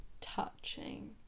touching